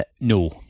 No